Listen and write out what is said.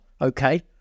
okay